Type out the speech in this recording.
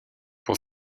pour